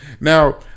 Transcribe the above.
Now